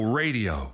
radio